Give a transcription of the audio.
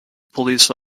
police